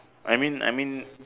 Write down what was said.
I mean I mean